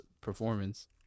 performance